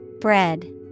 Bread